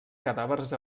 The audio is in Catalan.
cadàvers